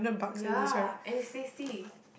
ya and it's safety